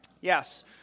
Yes